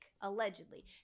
allegedly